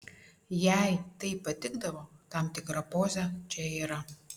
jai taip patikdavo tam tikra poza čia yra